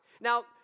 Now